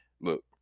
look